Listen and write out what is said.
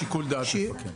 שיקול דעת מפקד.